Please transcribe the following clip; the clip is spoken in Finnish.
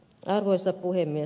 arvoisa puhemies